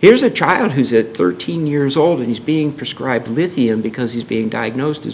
here's a child who's at thirteen years old and he's being prescribed lithium because he's being diagnosed as